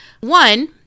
One